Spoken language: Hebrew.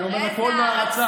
אני אומר הכול מהערצה.